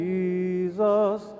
Jesus